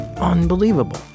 Unbelievable